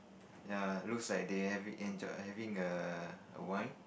ya looks like they having enjoy having a a wine